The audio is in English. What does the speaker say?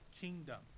kingdom